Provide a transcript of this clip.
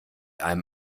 einem